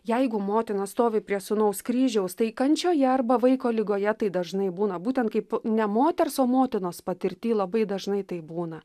jeigu motina stovi prie sūnaus kryžiaus tai kančioje arba vaiko ligoje tai dažnai būna būtent kaip ne moters o motinos patirty labai dažnai taip būna